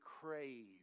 crave